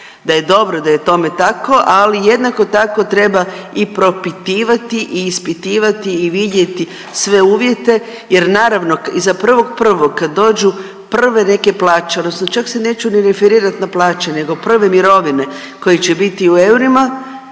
da je dobro da je tome tako. Ali jednako tako treba i propitivati i ispitivati i vidjeti sve uvjete jer naravno iza 1.1. kad dođu prve neke plaće, odnosno čak se neću ni referirat na plaće, nego prvo mirovine koje će biti u eurima